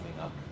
up